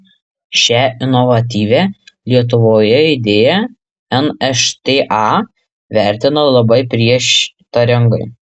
šią inovatyvią lietuvoje idėją nšta vertina labai prieštaringai